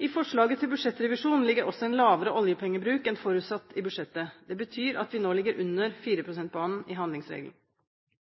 I forslaget til budsjettrevisjon ligger også en lavere oljepengebruk enn forutsatt i budsjettet. Det betyr at vi nå ligger under 4 pst.-banen i handlingsregelen.